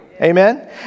Amen